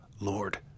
Lord